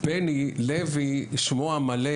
בני לוי שמו המלא,